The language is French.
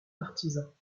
partisans